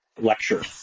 lecture